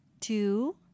two